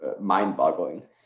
mind-boggling